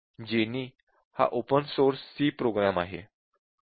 jenny हा open source C program आहे